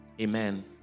Amen